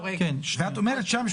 ואת אומרת שם,